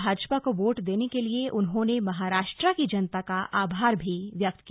भाजपा को वोट देने के लिए उन्होंने महाराष्ट्र की जनता का आभार भी व्यक्त किया